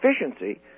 efficiency